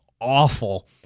awful